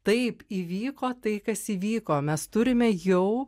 taip įvyko tai kas įvyko mes turime jau